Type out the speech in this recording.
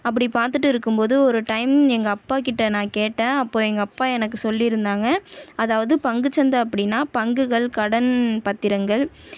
அப்படி பார்த்துட்டு இருக்கும் போது ஒரு டைம் எங்கள் அப்பா கிட்டே நான் கேட்டேன் அப்போ எங்கள் அப்பா எனக்கு சொல்லியிருந்தாங்க அதாவது பங்குச்சந்தை அப்படினா பங்குகள் கடன் பத்திரங்கள்